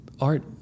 art